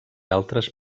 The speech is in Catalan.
altres